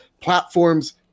platforms